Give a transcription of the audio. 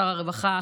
שר הרווחה,